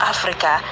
Africa